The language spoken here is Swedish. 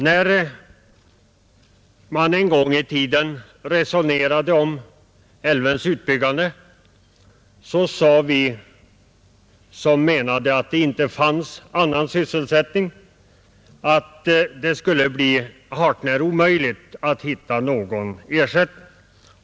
När man en gång i tiden resonerade om älvens utbyggande sade vi, som menade att det inte fanns annan sysselsättning, att det skulle bli hart när omöjligt att hitta någon ersättning.